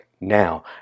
now